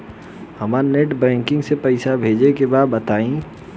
हमरा net banking से पईसा भेजे के बा बताई?